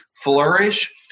flourish